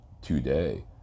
Today